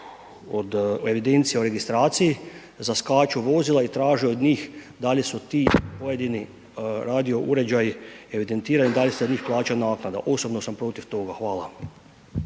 od evidencija u registraciji, zaskaču vozila i traže od njih da li su ti pojedini radio uređaji evidentirani, da li se na njih plaća naknada. Osobno sam protiv toga. Hvala.